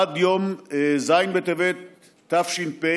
עד יום ז' בטבת התש"ף,